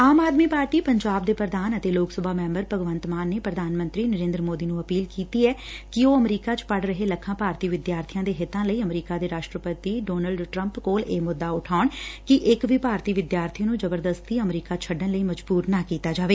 ਆਮ Aadmi Party Punjab ਦੇ ਪ੍ਰਧਾਨ ਅਤੇ ਲੋਕ ਸਭਾ ਮੈਂਬਰ ਭਗਵੰਤ ਮਾਨ ਨੇ ਪ੍ਰਧਾਨ ਮੰਤਰੀ ਨਰੇਂਦਰ ਮੋਦੀ ਨੂੰ ਅਪੀਲ ਕੀਤੀ ਐ ਕਿ ਉਹ ਅਮਰੀਕਾ ਚ ਪੜ ਰਹੇ ਲੱਖਾਂ ਭਾਰਤੀ ਵਿਦਿਆਰਥੀਆਂ ਦੇ ਹਿੱਤਾਂ ਲਈ ਅਮਰੀਕਾ ਦੇ ਰਾਸ਼ਟਰਪਤੀ ਡੋਨਲਡ ਟਰੰਪ ਕੋਲ ਇਹ ਮੁੱਦਾ ਉਠਾਉਣ ਕਿ ਇਕ ਵੀ ਭਾਰਤੀ ਵਿਦਿਆਰਥੀ ਨੂੰ ਜਬਰਦਸਤੀ ਅਮਰੀਕਾ ਛੱਡਣ ਲਈ ਮਜ਼ਬੁਰ ਨਾ ਕੀਤਾ ਜਾਵੇ